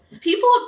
people